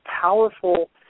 powerful